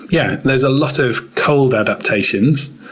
yeah there's a lot of cold adaptations,